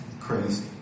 crazy